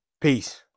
Peace